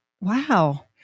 wow